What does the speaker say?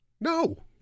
No